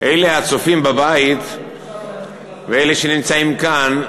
אלה הצופים בבית ואלה שנמצאים כאן,